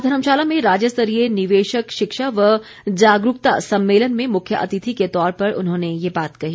आज धर्मशाला में राज्यस्तरीय निवेशक शिक्षा व जागरूकता सम्मेलन में मुख्य अतिथि के तौर पर उन्होंने ये बात कही